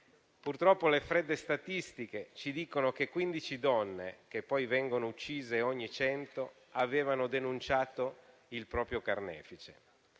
Purtroppo le fredde statistiche ci dicono che quindici donne uccise ogni cento avevano denunciato il proprio carnefice.